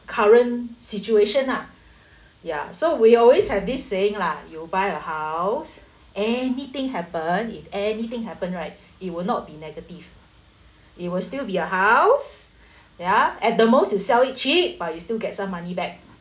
current situation lah ya so we always have this saying lah you buy a house anything happen if anything happen right it will not be negative it will still be your house ya at the most you sell it cheap but you still get some money back